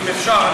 אם אפשר,